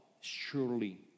surely